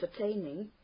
entertaining